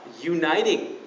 uniting